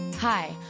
Hi